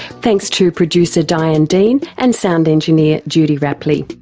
thanks to producer diane dean and sound engineer judy rapley.